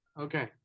Okay